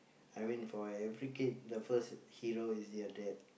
I mean for every kid the first hero is their dad